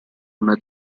una